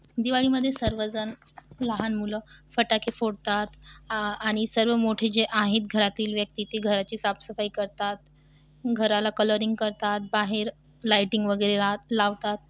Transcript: दिवाळीमध्ये सर्वजण लहान मुलं फटाके फोडतात आ आणि सर्व मोठे जे आहेत घरातील व्यक्ती ते घराची साफसफाई करतात घराला कलरिंग करतात बाहेर लाइटिंग वगैरे ला लावतात